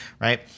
Right